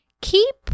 Keep